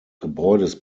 gebäudes